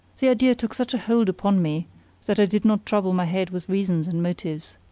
the idea took such a hold upon me that i did not trouble my head with reasons and motives.